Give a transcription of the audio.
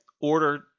order